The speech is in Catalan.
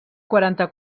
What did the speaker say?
quaranta